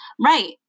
Right